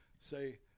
say